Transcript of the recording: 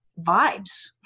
vibes